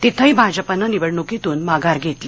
तिथेही भाजपने निवडणुकीतून माघार घेतली